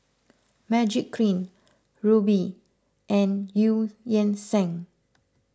Magiclean Rubi and Eu Yan Sang